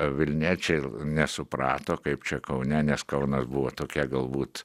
vilniečiai ir nesuprato kaip čia kaune nes kaunas buvo tokia galbūt